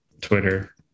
Twitter